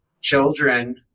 children